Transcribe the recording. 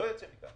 לא יוצא מכאן.